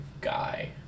guy